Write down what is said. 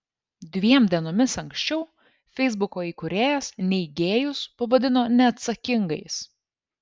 dviem dienomis anksčiau feisbuko įkūrėjas neigėjus pavadino neatsakingais